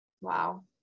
Wow